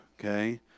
okay